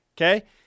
Okay